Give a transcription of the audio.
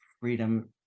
freedom